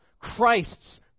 Christ's